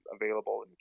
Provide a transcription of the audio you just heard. available